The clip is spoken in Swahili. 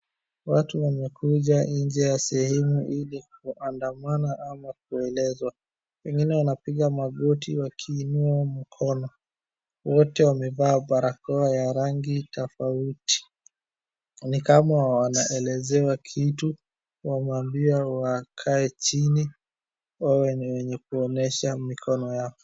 Watu wamekuja nje ya sehemu ili kuandamana ama kuelezwa. Wengine wanapiga magoti wakiinua mkono. Wote wamevaa barakoa ya rangi tofauti. Ni kama wanaelezewa kitu, wameambiwa wakae chini wawe ni wenye kuonyesha mikono yao.